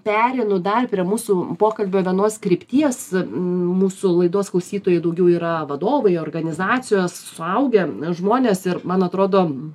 pereinu dar prie mūsų pokalbio vienos krypties mūsų laidos klausytojai daugiau yra vadovai organizacijos suaugę žmonės ir man atrodo